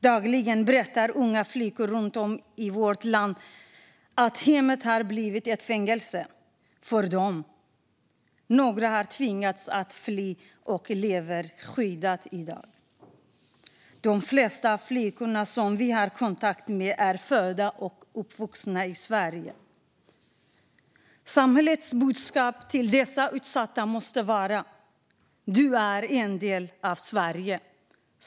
Dagligen berättar unga flickor runt om i vårt land att hemmet har blivit ett fängelse för dem. Några har tvingats fly och lever skyddat. De flesta av de flickor som vi har kontakt med är födda och uppvuxna i Sverige. Samhällets budskap till dessa utsatta måste vara: Du är en del av Sverige.